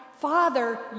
Father